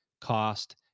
cost